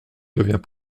devient